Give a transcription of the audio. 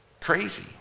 crazy